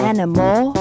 Animal